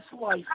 life